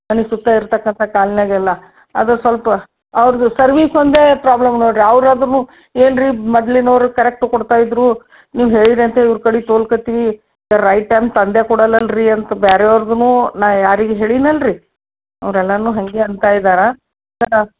ಮನೆ ಸುತ್ತ ಇರತಕ್ಕಂಥ ಕಾಲ್ನ್ಯಾಗೆಲ್ಲ ಅದು ಸ್ವಲ್ಪ ಅವ್ರದ್ದು ಸರ್ವೀಸ್ ಒಂದೇ ಪ್ರಾಬ್ಲಮ್ ನೋಡಿರಿ ಅವ್ರು ಅದನ್ನು ಏನು ರೀ ಮೊದ್ಲಿನವ್ರು ಕರೆಕ್ಟ್ ಕೊಡ್ತಾ ಇದ್ದರು ನೀವು ಹೇಳೀರಿ ಅಂತ ಇವ್ರ ಕಡೆ ತೋಲ್ಕತ್ತೀವಿ ರೈಟ್ ಟೈಮ್ ತಂದೇ ಕೊಡಲ್ಲಲ ರೀ ಅಂತ ಬೇರೆ ಅವ್ರೂ ನಾ ಯಾರಿಗೆ ಹೇಳೀನಲ್ರಿ ಅವ್ರೆಲ್ಲರೂ ಹಾಗೇ ಅಂತ ಇದ್ದಾರೆ